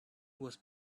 was